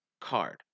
card